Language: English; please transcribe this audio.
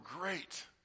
great